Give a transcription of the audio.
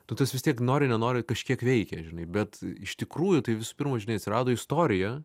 nu tas vis tiek nori nenori kažkiek veikia žinai bet iš tikrųjų tai visu pirma žinai atsirado istorija